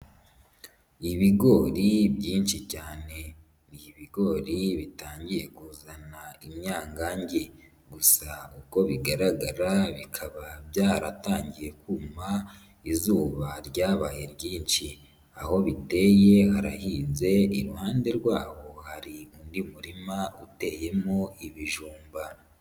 Ibigori byinshi cyane, ni ibigori bitangiye kuzana imyangangi gusa uko bigaragara bikaba byaratangiye kuma izuba ryabaye ryinshi, aho biteye harahinze iruhande rw'aho hari undi murima uteyemo ibijumba.